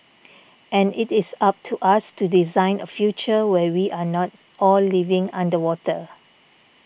and it is up to us to design a future where we are not all living underwater